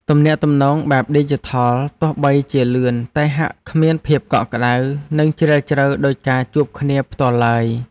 ទំនាក់ទំនងបែបឌីជីថលទោះបីជាលឿនតែហាក់គ្មានភាពកក់ក្តៅ និងជ្រាលជ្រៅដូចការជួបគ្នាផ្ទាល់ឡើយ។